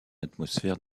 atmosphère